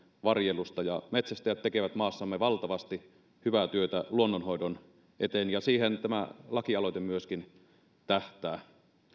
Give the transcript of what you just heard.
varjelusta ja metsästäjät tekevät maassamme valtavasti hyvää työtä luonnonhoidon eteen siihen tämä lakialoite myöskin tähtää